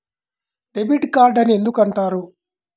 Debit card అని ఎందుకు అంటారు?